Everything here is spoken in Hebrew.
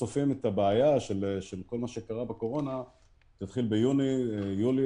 אנחנו צופים שהבעיה של כל מה שקרה בקורונה תתחיל ביוני-יולי,